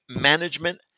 management